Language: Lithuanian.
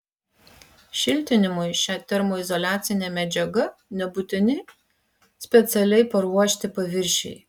šiltinimui šia termoizoliacine medžiaga nebūtini specialiai paruošti paviršiai